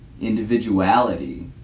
individuality